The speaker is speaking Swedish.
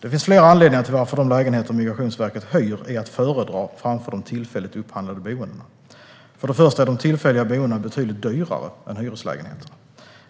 Det finns flera anledningar till att de lägenheter Migrationsverket hyr är att föredra framför de tillfälligt upphandlade boendena. De tillfälliga boendena är betydligt dyrare än hyreslägenheterna.